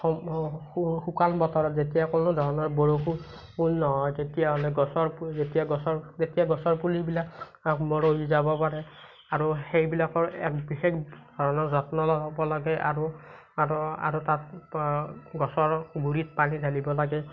শুকান বতৰত যেতিয়া কোনো ধৰণৰ বৰষুণ নহয় তেতিয়াহ'লে গছৰ তেতিয়া গছৰ তেতিয়া গছৰ পুলিবিলাক মৰহি যাব পাৰে আৰু সেইবিলাকৰ এক বিশেষ ধৰণৰ যত্ন ল'ব লাগে আৰু আৰু আৰু তাত গছৰ গুড়িত পানী ঢালিব লাগে